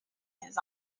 his